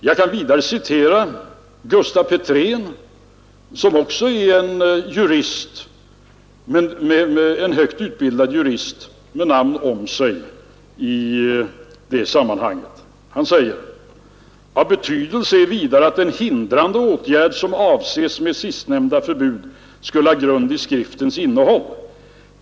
Jag kan vidare citera Gustaf Petrén, som också är en högt utbildad jurist med namn om sig i detta sammanhang. Han säger: ”Av betydelse är ha sin grund i skriftens innehåll.